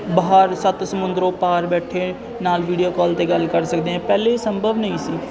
ਬਾਹਰ ਸੱਤ ਸਮੁੰਦਰੋਂ ਪਾਰ ਬੈਠੇ ਨਾਲ ਵੀਡੀਓ ਕਾਲ 'ਤੇ ਗੱਲ ਕਰ ਸਕਦੇ ਹਾਂ ਪਹਿਲਾਂ ਇਹ ਸੰਭਵ ਨਹੀਂ ਸੀ